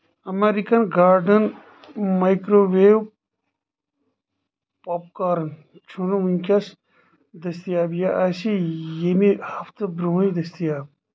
American Garden microwave popcorn چھنہٕ وُکینَس دٔستِیاب، یہِ آسہِ ییٚمہِ ہفتہٕ برونٛہے دٔستِیاب